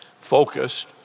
focused